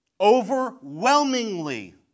Overwhelmingly